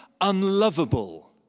unlovable